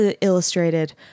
illustrated